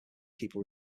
people